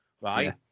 right